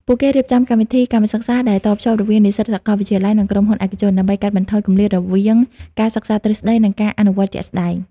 ពួកគេរៀបចំកម្មវិធីកម្មសិក្សា ដែលតភ្ជាប់រវាងនិស្សិតសាកលវិទ្យាល័យ និងក្រុមហ៊ុនឯកជន ដើម្បីកាត់បន្ថយគម្លាតរវាងការសិក្សាទ្រឹស្ដី និងការអនុវត្តជាក់ស្ដែង។